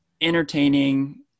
entertaining